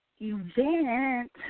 event